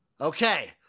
Okay